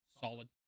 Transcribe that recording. solid